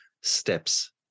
steps